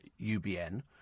UBN